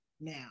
now